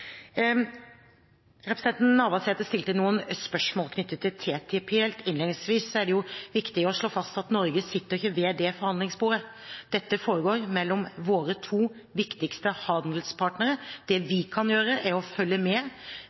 Representanten Navarsete stilte noen spørsmål knyttet til TTIP. Helt innledningsvis er det jo viktig å slå fast at Norge ikke sitter ved det forhandlingsbordet, dette foregår mellom våre to viktigste handelspartnere. Det vi kan gjøre, er å følge med,